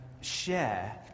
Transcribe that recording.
share